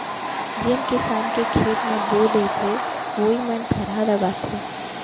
जेन किसान के खेत म बोर रहिथे वोइ मन थरहा लगाथें